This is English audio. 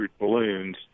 balloons